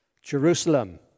Jerusalem